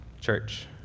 Church